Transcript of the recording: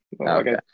okay